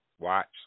watch